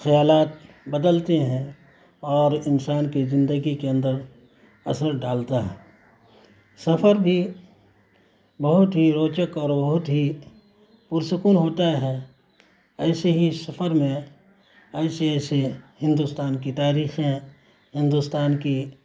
خیالات بدلتے ہیں اور انسان کی زندگی کے اندر اثر ڈالتا ہے سفر بھی بہت ہی روچک اور بہت ہی پرسکون ہوتا ہے ایسے ہی سفر میں ایسے ایسے ہندوستان کی تاریخیں ہندوستان کی